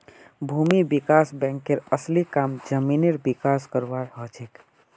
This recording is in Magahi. भूमि विकास बैंकेर असली काम जमीनेर विकास करवार हछेक